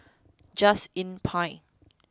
Just Inn Pine